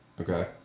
Okay